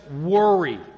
worry